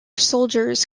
soldiers